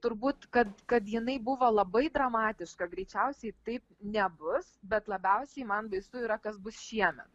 turbūt kad kad jinai buvo labai dramatiška greičiausiai taip nebus bet labiausiai man baisu yra kas bus šiemet